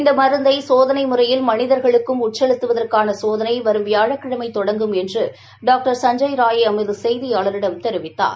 இந்த மருந்தை சோதனை முறையில் மனிதர்களுக்கும் உட்செலுத்துவற்காள சோதனை வரும் வியாழக்கிழமை தொடங்கும் என்று டாக்டர் சஞ்ஜய் ராய் எமது செய்தியாளரிடம் தெரிவித்தார்